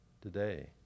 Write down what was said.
today